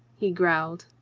he growled,